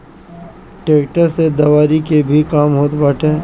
tractor से दवरी के भी काम होत बाटे